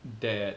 that